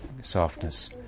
softness